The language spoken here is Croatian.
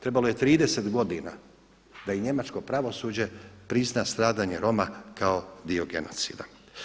Trebalo je 30 godina da i njemačko pravosuđe prizna stradanje Roma kao dio genocida.